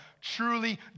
truly